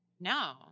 No